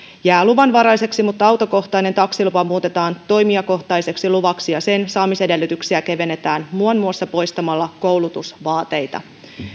jää luvanvaraiseksi mutta autokohtainen taksilupa muutetaan toimijakohtaiseksi luvaksi ja sen saamisedellytyksiä kevennetään muun muassa poistamalla koulutusvaateita